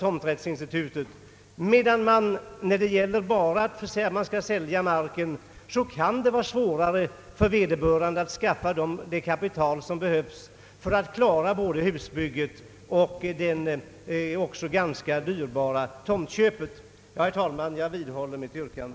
Om man bara vill sälja marken kan det däremot, herr Lundberg, vara svårt för vederbörande köpare att skaffa det kapital som behövs för att klara både husbygget och det ganska dyrbara tomtkö pet. Herr talman! Jag vidhåller mitt yrkande.